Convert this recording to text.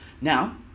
Now